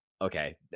okay